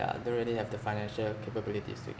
yeah don't really have the financial capabilities to